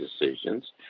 decisions